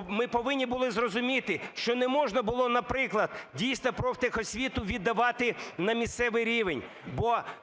ми повинні були зрозуміти, що не можна було, наприклад, дійсно, профтехосвіту віддавати на місцевий рівень,